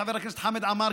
חבר הכנסת חמד עמאר,